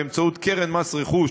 באמצעות קרן מס רכוש,